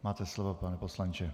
Máte slovo, pane poslanče.